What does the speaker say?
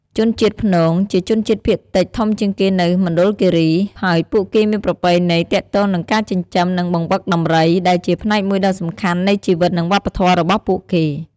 ជនជាតិព្នង ជាជនជាតិភាគតិចធំជាងគេនៅមណ្ឌលគិរី ហើយពួកគេមានប្រពៃណីទាក់ទងនឹងការចិញ្ចឹម និងបង្វឹកដំរី ដែលជាផ្នែកមួយដ៏សំខាន់នៃជីវិត និងវប្បធម៌របស់ពួកគេ។